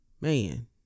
Man